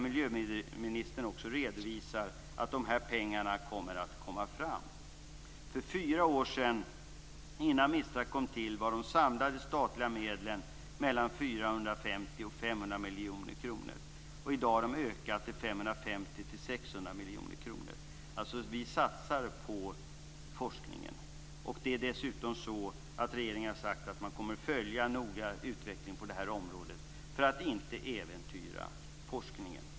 Miljöministern redovisar att pengarna kommer att komma fram. För fyra år sedan, innan MISTRA kom till, var de samlade statliga medlen mellan 450 och 500 miljoner kronor. I dag har de ökat till 550 till 600 miljoner kronor. Vi satsar på forskningen. Regeringen har dessutom sagt att man noga kommer att följa utvecklingen på detta område för att inte äventyra forskningen.